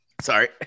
Sorry